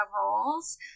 roles